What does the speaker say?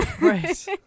Right